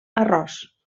arròs